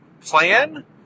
plan